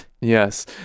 Yes